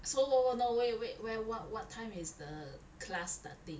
so w~ no wait wait where what what time is the class starting